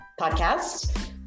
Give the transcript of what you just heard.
podcast